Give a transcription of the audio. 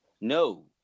No